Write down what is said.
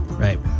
Right